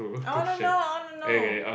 I wanna know I wanna know